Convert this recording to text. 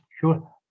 Sure